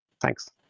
Thanks